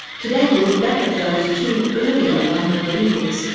today we'll look back at those two earlier london olympics,